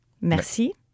Merci